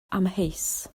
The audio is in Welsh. amheus